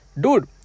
Dude